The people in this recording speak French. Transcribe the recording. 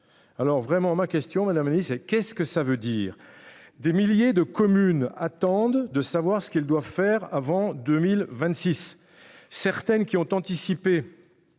Alors vraiment ma question madame Annie c'est qu'est-ce que ça veut dire des milliers de communes attendent de savoir ce qu'ils doivent faire avant 2026. Certaines qui ont anticipé.